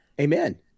Amen